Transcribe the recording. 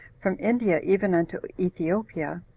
from india even unto ethiopia,